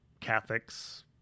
Catholics